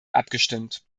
abgestimmt